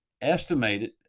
estimated